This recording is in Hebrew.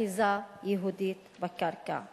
ואחיזה יהודית בקרקע.